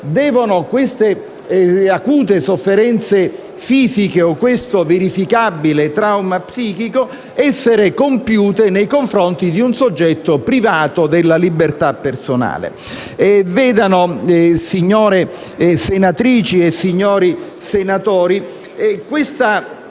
Ma, queste acute sofferenze fisiche o questo verificabile trauma psichico devono essere compiuti nei confronti di un soggetto privato della libertà personale. Onorevoli senatrici e senatori, questa